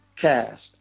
cast